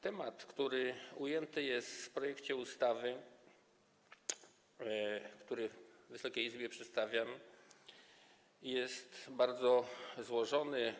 Temat ujęty w projekcie ustawy, który Wysokiej Izbie przedstawiam, jest bardzo złożony.